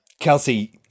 Kelsey